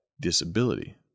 disability